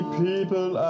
people